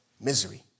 misery